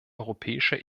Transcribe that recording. europäischer